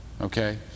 Okay